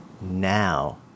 now